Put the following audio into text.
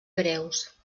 greus